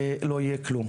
לא יהיה כלום.